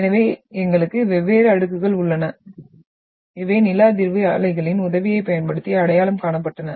எனவே எங்களுக்கு வெவ்வேறு அடுக்குகள் உள்ளன இவை நில அதிர்வு அலைகளின் உதவியைப் பயன்படுத்தி அடையாளம் காணப்பட்டன